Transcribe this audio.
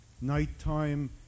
Nighttime